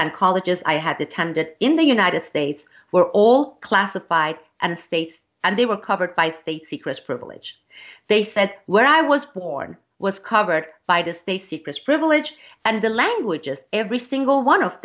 and colleges i had attended in the united states were all classified and states and they were covered by state secrets privilege they said where i was born was covered by this they secrets privilege and the languages every single one of